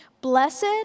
blessed